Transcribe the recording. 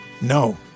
No